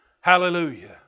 Hallelujah